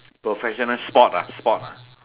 professional sport ah sport ah